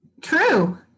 true